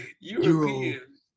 European